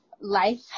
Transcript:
life